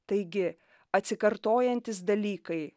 taigi atsikartojantys dalykai